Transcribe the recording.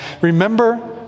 Remember